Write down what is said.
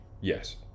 Yes